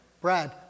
Brad